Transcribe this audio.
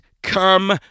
Come